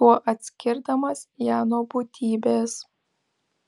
tuo atskirdamas ją nuo būtybės